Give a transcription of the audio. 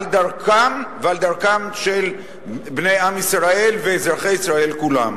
על דרכם של בני עם ישראל ואזרחי ישראל כולם.